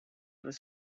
was